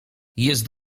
jest